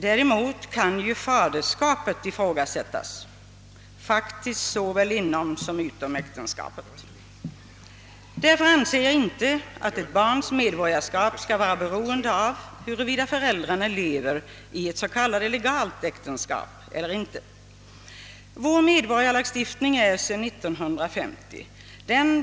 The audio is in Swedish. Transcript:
Däremot kan ju faderskapet ifrågasättas, faktiskt såväl inom som utom äktenskapet. Därför anser jag inte att ett barns medborgarskap skall vara beroende av huruvida föräldrarna lever i ett s.k. legalt äktenskap eller inte. Vår medborgarskapslagstiftning är sedan år 1950.